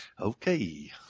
Okay